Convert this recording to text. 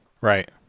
right